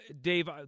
Dave